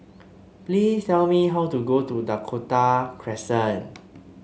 please tell me how to go to Dakota Crescent